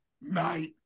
night